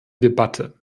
debatte